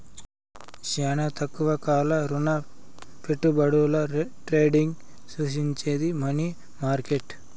శానా తక్కువ కాల రుణపెట్టుబడుల ట్రేడింగ్ సూచించేది మనీ మార్కెట్